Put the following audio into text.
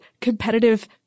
competitive